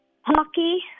Hockey